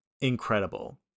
incredible